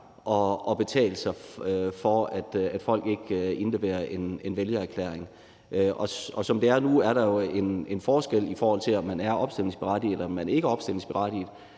at betale for, at folk ikke indleverer en vælgererklæring. Som det er nu, er der jo en forskel, i forhold til om man er opstillingsberettiget, eller om man ikke er opstillingsberettiget.